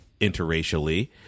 interracially